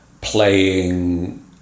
playing